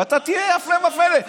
ואתה תראה, הפלא ופלא.